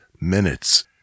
minutes